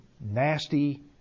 nasty